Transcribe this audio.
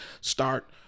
start